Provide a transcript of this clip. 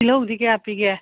ꯇꯤꯜꯍꯧꯗꯤ ꯀꯌꯥ ꯄꯤꯒꯦ